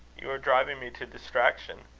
you are driving me to distraction.